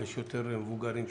ויש יותר מבוגרים שדורשים.